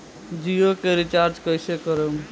जियो के रीचार्ज कैसे करेम?